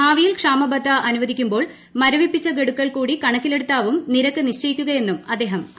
ഭാവിയിൽ ക്ഷാമബത്ത അനുവദിക്കുമ്പോൾ മരവിപ്പിച്ച ഗഡുക്കൾ കൂടി കണക്കിലെടുത്താവും നിരക്ക് നിശ്ചയിക്കുകയെന്നും അദ്ദേഹം അറിയിച്ചു